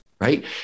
right